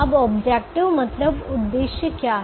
अब ऑब्जेक्टिव मतलब उद्देश्य क्या है